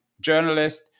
journalist